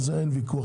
על זה אין ויכוח,